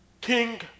King